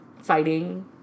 fighting